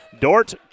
Dort